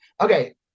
okay